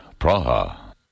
Praha